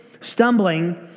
stumbling